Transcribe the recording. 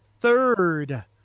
third